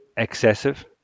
excessive